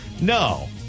No